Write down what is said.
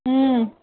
ம்